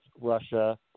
Russia